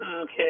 Okay